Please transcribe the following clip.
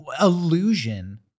illusion